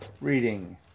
reading